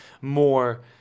more